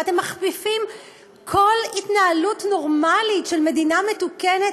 אתם מכפיפים כל התנהלות נורמלית של מדינה מתוקנת